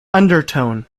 undertone